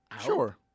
Sure